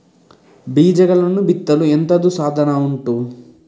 ಬೀಜಗಳನ್ನು ಬಿತ್ತಲು ಎಂತದು ಸಾಧನ ಉಂಟು?